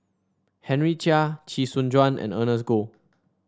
Henry Chia Chee Soon Juan and Ernest Goh